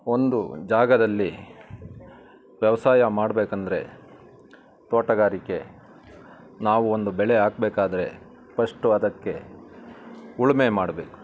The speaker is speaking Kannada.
ಒಂದು ಜಾಗದಲ್ಲಿ ವ್ಯವಸಾಯ ಮಾಡಬೇಕಂದ್ರೆ ತೋಟಗಾರಿಕೆ ನಾವು ಒಂದು ಬೆಳೆ ಹಾಕ್ಬೇಕಾದ್ರೆ ಫಸ್ಟು ಅದಕ್ಕೆ ಉಳುಮೆ ಮಾಡಬೇಕು